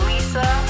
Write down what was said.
Lisa